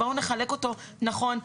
בואו נחלק אותו נכון.